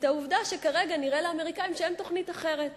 על העובדה שכרגע נראה לאמריקנים שאין תוכנית אחרת,